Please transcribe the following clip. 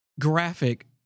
graphic